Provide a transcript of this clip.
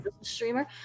streamer